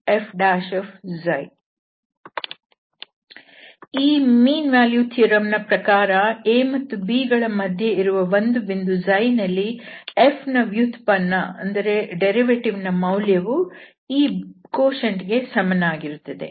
ಈ ಸರಾಸರಿ ಮೌಲ್ಯದ ಪ್ರಮೇಯ ದ ಪ್ರಕಾರ a ಮತ್ತು b ಗಳ ಮಧ್ಯೆ ಇರುವ ಒಂದು ಬಿಂದು ನಲ್ಲಿ fನ ವ್ಯುತ್ಪನ್ನ ದ ಮೌಲ್ಯವು ಈ ಭಾಗಲಬ್ದ ಕ್ಕೆ ಸಮನಾಗಿರುತ್ತದೆ